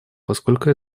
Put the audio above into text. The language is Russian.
поскольку